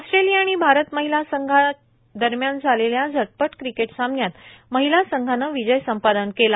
Australia आणि भारत महिला संघादरम्यान झालेल्या झटपट क्रिकेट सामन्यात महिला संघानं विजय संपादन केला